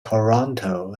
toronto